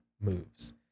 moves